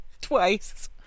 twice